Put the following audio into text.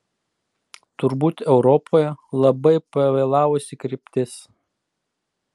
turbūt europoje labai pavėlavusi kryptis